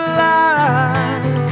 life